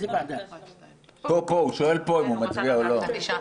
הצבעה בעד,